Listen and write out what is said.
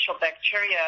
bacteria